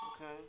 Okay